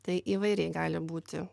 tai įvairiai gali būti